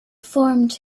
formed